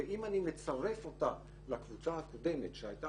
ואם אני מצרף אותה לקבוצה הקודמת שהייתה